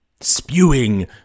spewing